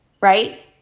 right